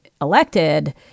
elected